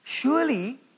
surely